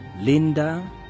Linda